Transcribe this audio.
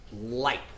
light